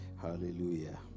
Hallelujah